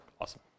awesome